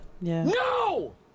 No